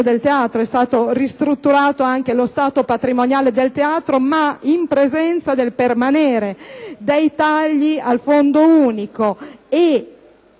del Teatro. È stato ristrutturato anche lo stato patrimoniale del Teatro, ma in presenza del permanere dei tagli al Fondo unico e